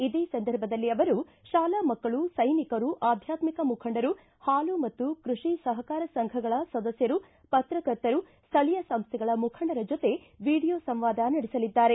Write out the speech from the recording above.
ಇದೇ ಸಂದರ್ಭದಲ್ಲಿ ಅವರು ಶಾಲಾ ಮಕ್ಕಳು ಸೈನಿಕರು ಆಧ್ಯಾತ್ಸಿಕ ಮುಖಂಡರು ಹಾಲು ಮತ್ತು ಕೃಷಿ ಸಹಕಾರ ಸಂಘಗಳ ಸದಸ್ಟರು ಪತ್ರಕರ್ತರು ಸ್ವಳೀಯ ಸಂಸ್ಟೆಗಳ ಮುಖಂಡರ ಜೊತೆ ವಿಡೀಯೊ ಸಂವಾದ ನಡೆಸಲಿದ್ದಾರೆ